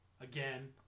again